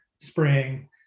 spring